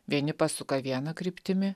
vieni pasuka viena kryptimi